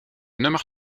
nummer